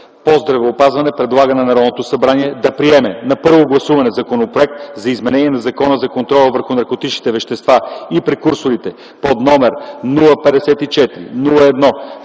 по здравеопазването предлага на Народното събрание да приеме на първо гласуване Законопроект за изменение на Закона за контрол върху наркотичните вещества и прекурсорите, № 054-01-27,